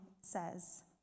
says